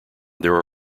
there